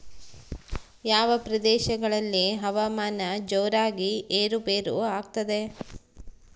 ಯಾವ ಪ್ರದೇಶಗಳಲ್ಲಿ ಹವಾಮಾನ ಜೋರಾಗಿ ಏರು ಪೇರು ಆಗ್ತದೆ?